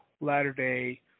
latter-day